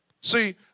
See